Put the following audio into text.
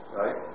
right